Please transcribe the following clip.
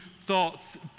thoughts